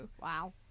wow